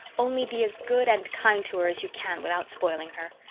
only be as good and kind to her as you can without spoiling her.